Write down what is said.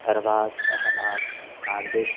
Arbaaz Ahbab Sadiq